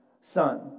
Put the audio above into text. son